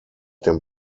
dem